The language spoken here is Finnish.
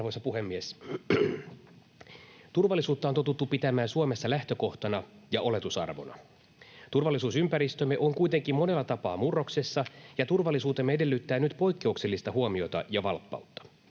Arvoisa puhemies! Turvallisuutta on totuttu pitämään Suomessa lähtökohtana ja oletusarvona. Turvallisuusympäristömme on kuitenkin monella tapaa murroksessa ja turvallisuutemme edellyttää nyt poikkeuksellista huomiota ja valppautta.